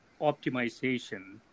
optimization